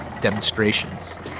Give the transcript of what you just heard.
demonstrations